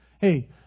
Hey